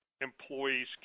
employees